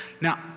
Now